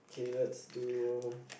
okay let's do